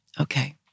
Okay